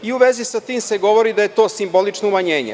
I u vezi sa tim se govori da je to simbolično umanjenje.